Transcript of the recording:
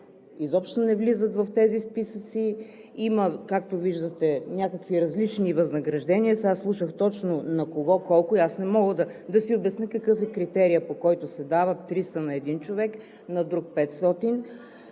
изобщо не влизат в тези списъци, има, както виждате, някакви различни възнаграждения. Сега слушах точно на кого колко и не мога да си обясня какъв е критерият, по който се дават 300 на един човек, на друг 500?